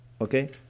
Okay